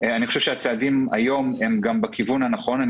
אני חושב שהצעדים היום הם בכיוון הנכון.